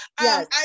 Yes